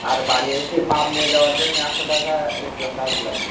আর বাড়ি এসে মাপ নিয়ে যাওয়ার জন্য একশো টাকা এক্সট্রা চার্জ লাগবে